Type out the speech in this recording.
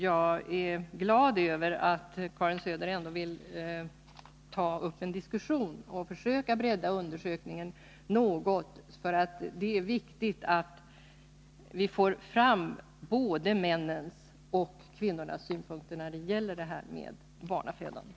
Jag är glad över att hon tar upp en diskussion och vill försöka bredda undersökningen något, eftersom det är viktigt att få fram både männens och kvinnornas synpunkter på barnafödande.